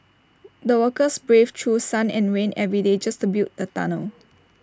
the workers braved through sun and rain every day just to build the tunnel